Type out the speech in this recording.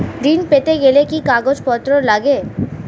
ঋণ পেতে গেলে কি কি কাগজপত্র লাগে?